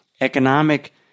economic